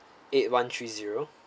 eight one three zero